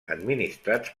administrats